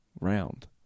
round